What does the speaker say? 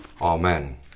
Amen